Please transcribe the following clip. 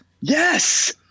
Yes